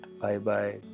Bye-bye